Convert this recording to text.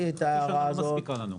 חצי שנה לא מספיקה לנו.